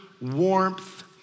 warmth